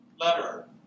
letter